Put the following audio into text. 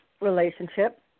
relationship